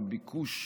וביקוש,